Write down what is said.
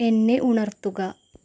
എന്നെ ഉണർത്തുക